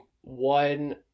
one